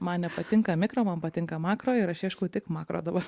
man nepatinka mikro man patinka makro ir aš ieškau tik makro dabar